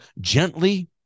gently